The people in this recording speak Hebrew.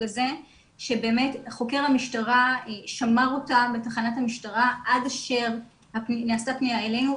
הזה שבאמת חוקר המשטרה שמר אותה בתחנת המשטרה עד אשר נעשתה פנייה אלינו,